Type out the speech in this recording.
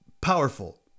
powerful